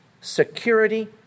security